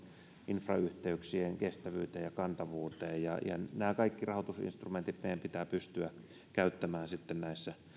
infrayhteyksien kestävyyteen ja kantavuuteen nämä kaikki rahoitus instrumentit meidän pitää pystyä käyttämään näissä